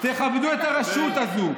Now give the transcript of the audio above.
תכבדו את הרשות הזו.